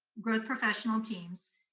growth professional teams,